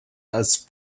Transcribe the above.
als